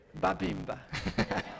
Babimba